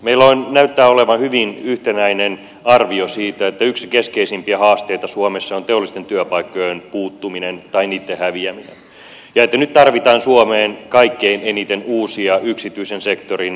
meillä näyttää olevan hyvin yhtenäinen arvio siitä että yksi keskeisimpiä haasteita suomessa on teollisten työpaikkojen puuttuminen tai niitten häviäminen ja että nyt tarvitaan suomeen kaikkein eniten uusia yksityisen sektorin pysyviä työpaikkoja